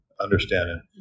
understanding